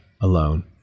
alone